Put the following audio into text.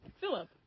Philip